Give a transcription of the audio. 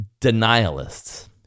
denialists